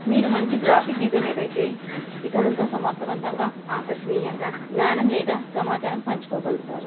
మీరు మంచి graphic designer అయితే ఇతరులతో సమర్థవంతంగా ఆకర్షణీయంగా జ్ఞానం లేదా సమాచారం పంచుకోగలుగుతారు